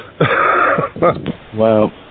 Wow